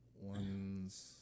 ones